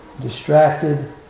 distracted